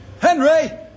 Henry